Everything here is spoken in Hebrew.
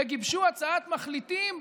וגיבשו הצעת מחליטים,